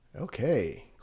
Okay